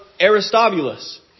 Aristobulus